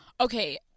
Okay